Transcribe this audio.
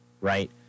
right